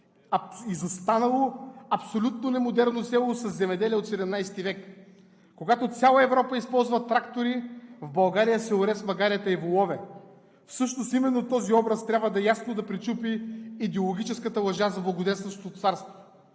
Изостанало, абсолютно немодерно село със земеделие от XVII век. Когато цяла Европа използва трактори, в България се оре с магарета и волове. Всъщност именно този образ трябва ясно да пречупи идеологическата лъжа за благоденстващото царство.